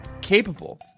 Capable